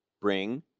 bring